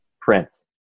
Prince